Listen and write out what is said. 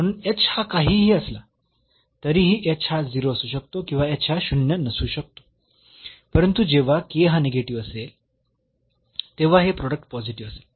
म्हणून हा काहीही असला तरीही हा 0 असू शकतो किंवा हा शून्य नसू शकतो परंतु जेव्हा हा निगेटिव्ह असेल तेव्हा हे प्रोडक्ट पॉझिटिव्ह असेल